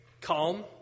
calm